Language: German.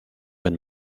wenn